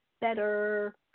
better